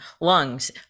lungs